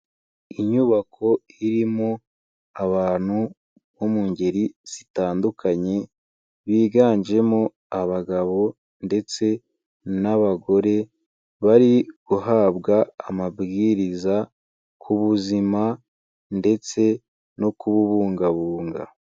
Inyubako irimo abantu bo mu ngeri zitandukanye biganjemo abagabo ndetse n'abagore, bari guhabwa amabwiriza ku buzima ndetse no kubungabunga.